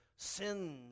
sins